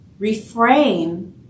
Reframe